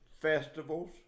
Festivals